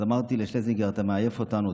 אז אמרתי לשלזינגר: אתה מעייף אותנו.